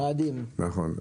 נכון.